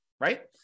right